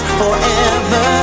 forever